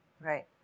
Right